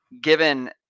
given